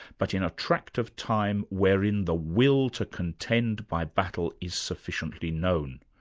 but in a tract of time wherein the will to contend by battle is sufficiently known.